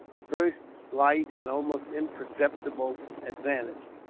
the first slight and almost imperceptible advantage.